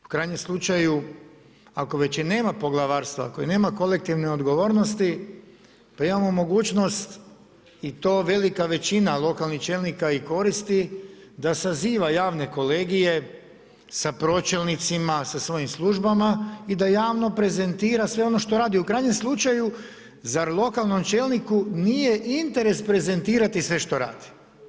U krajnjem slučaju ako već i nema poglavarstva, ako nema kolektivne odgovornosti, pa imamo mogućnost i to velika većina lokalnih čelnika i koristi da saziva javne kolegije sa pročelnicima, sa svojim službama i da javno prezentira sve ono što radi, u krajnjem slučaju zar lokalnom čelniku nije i interes prezentirati sve što radi?